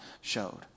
showed